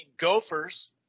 Gophers